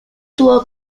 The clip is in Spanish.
tuvo